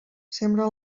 sembra